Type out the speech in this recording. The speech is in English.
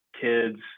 kids